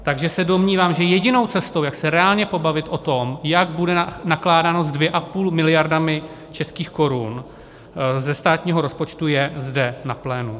Takže se domnívám, že jedinou cestou, jak se reálně pobavit o tom, jak bude nakládáno s 2,5 mld. českých korun ze státního rozpočtu, je zde na plénu.